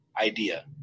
idea